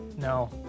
no